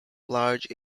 large